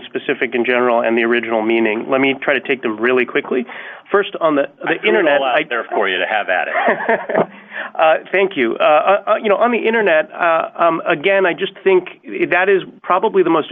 specific and general and the original meaning let me try to take the really quickly st on the internet there for you to have at it thank you you know on the internet again i just think that is probably the most